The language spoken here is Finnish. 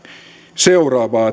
seuraavaa